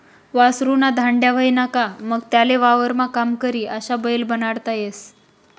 वासरु ना धांड्या व्हयना का मंग त्याले वावरमा काम करी अशा बैल बनाडता येस